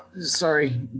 Sorry